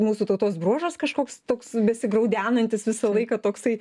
mūsų tautos bruožas kažkoks toks besigraudenantis visą laiką toksai